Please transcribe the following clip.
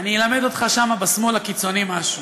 אני אלמד אותך שם, בשמאל הקיצוני, משהו.